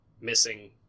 missing